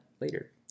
later